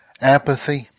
Apathy